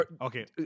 Okay